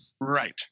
Right